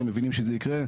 היא חלופה שלוקחת המון זמן,